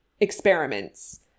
experiments